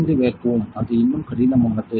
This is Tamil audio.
5 வேக்குவம் அது இன்னும் கடினமானது